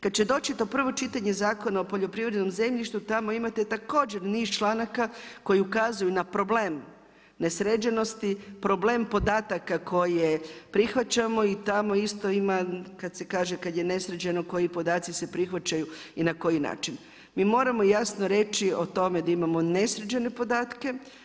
Kad će doći to prvo čitanje Zakona o poljoprivrednom zemljištu, tamo imate također niz članaka koji ukazuju na problem nesređenosti, problem podataka koje prihvaćamo i tamo isto ima, kad se kaže kad je nesređeno koji podaci se prihvaćaju i na koji način, moramo jasno reći o tome da imamo nesređene podatke.